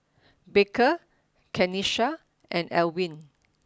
Baker Kenisha and Alwine